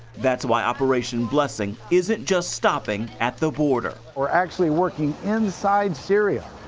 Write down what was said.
that's why operation blessing isn't just stopping at the border. we're actually working inside syria.